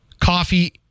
coffee